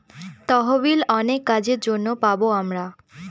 তহবিল অনেক কাজের জন্য পাবো আমরা